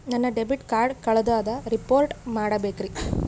ನನ್ನ debit card ಕಳ್ದದ report ಮಾಡಬೇಕ್ರಿ